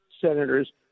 senators